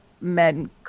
men